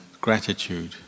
gratitude